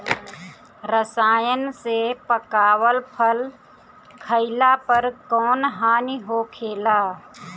रसायन से पकावल फल खइला पर कौन हानि होखेला?